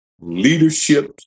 Leadership